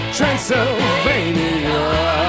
Transylvania